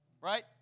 right